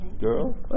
Girl